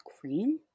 cream